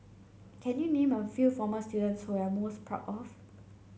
can you name a few former students whom are most proud of